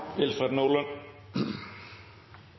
Willfred Nordlund